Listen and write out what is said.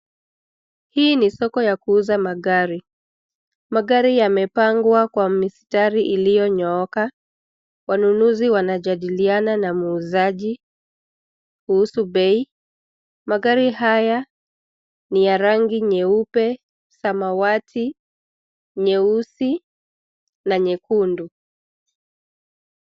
Hii ni soko ya kuuza magari. Magari yamepangwa kwa mistari iliyonyooka. Wanunuzi wanajadiliana na muuzaj kuhusu bei. Magari haya ni ya rangi nyeupe, samawati nyeusi na nyekundu.